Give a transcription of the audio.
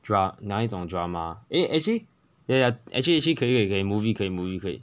dra~ 哪一种 drama eh actually ya ya actually actually 可以可以 movie 可以 movie 可以